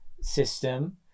system